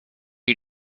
you